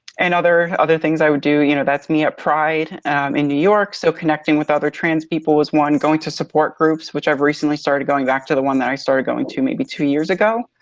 and other other things i would do, you know that's me at pride in new york. so connecting with other trans people was one. going to support groups, which i've recently started going back to the one that i started going to maybe two years ago.